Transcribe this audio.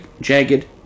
jagged